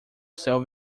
céu